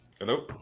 Hello